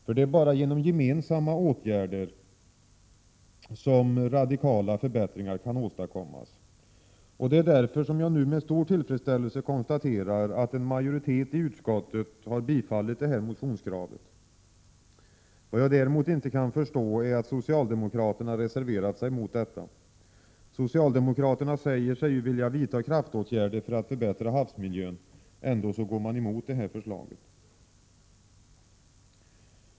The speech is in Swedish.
För det är bara genom gemensamma åtgärder som radikala förbättringar kan åstadkommas. Det är därför som jag nu med stor tillfredsställelse konstaterar att en majoritet i utskottet har bifallit detta motionskrav. Vad jag däremot inte kan förstå är att socialdemokraterna reserverat sig mot förslaget. Socialdemokraterna säger sig ju vilja vidta kraftåtgärder för att förbättra havsmiljön. Ändå går de emot detta förslag.